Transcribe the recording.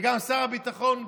וגם שר הביטחון גנץ,